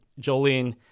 jolene